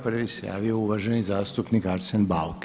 Prvi se javio uvaženi zastupnik Arsen Bauk.